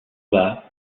bas